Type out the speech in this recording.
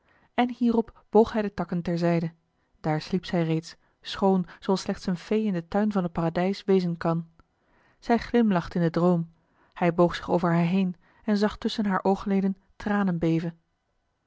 en hierop boog hij de takken ter zijde daar sliep zij reeds schoon zooals slechts een fee in den tuin van het paradijs wezen kan zij glimlachte in den droom hij boog zich over haar heen en zag tusschen haar oogleden tranen beven